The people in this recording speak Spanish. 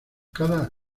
cada